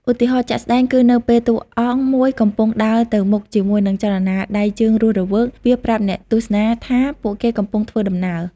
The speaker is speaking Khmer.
ឧទាហរណ៍ជាក់ស្ដែង គឺនៅពេលតួអង្គមួយកំពុងដើរទៅមុខជាមួយនឹងចលនាដៃជើងរស់រវើក វាប្រាប់អ្នកទស្សនាថាពួកគេកំពុងធ្វើដំណើរ។